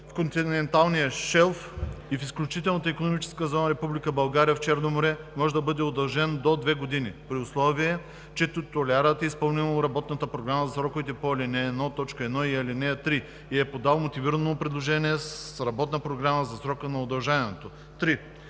в континенталния шелф и в изключителната икономическа зона на Република България в Черно море може да бъде удължен до две години, при условие че титулярят е изпълнил работната програма за сроковете по ал. 1, т. 1 и ал. 3 и е подал мотивирано предложение с работна програма за срока на удължаването.“